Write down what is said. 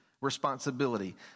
responsibility